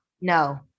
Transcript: No